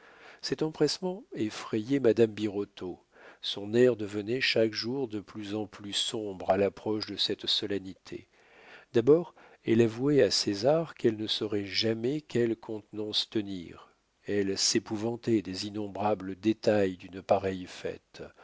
cet empressement effrayait madame birotteau son air devenait chaque jour de plus en plus sombre à l'approche de cette solennité d'abord elle avouait à césar qu'elle ne saurait jamais quelle contenance tenir elle s'épouvantait des innombrables détails d'une pareille fête